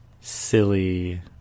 silly